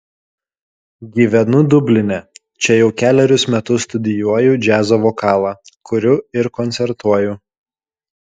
gyvenu dubline čia jau kelerius metus studijuoju džiazo vokalą kuriu ir koncertuoju